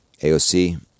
AOC